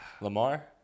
Lamar